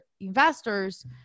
investors